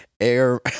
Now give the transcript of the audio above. Air